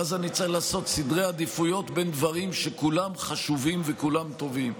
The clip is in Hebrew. ואז אני צריך לעשות סדרי עדיפויות בין דברים שכולם חשובים וכולם טובים.